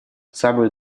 самые